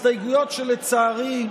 הסתייגויות שלצערי,